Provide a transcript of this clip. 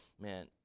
man